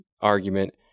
argument